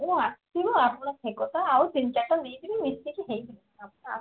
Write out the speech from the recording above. ମୁଁ ଆସିବ ଆପଣ ସେ କଥା ଆଉ ତିନି ଚାରିଟା ନେଇଯିବି ମିଶିକି ହେଇଯିବ ଆପଣ